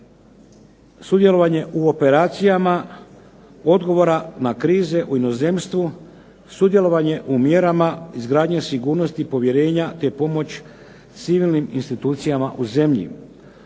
sudjelovanje u operacijama odgovora na krize u inozemstvu, sudjelovanje u mjerama izgradnje sigurnosti i povjerenja te pomoć civilnim institucijama u zemlji.